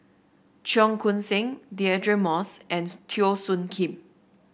Cheong Koon Seng Deirdre Moss and Teo Soon Kim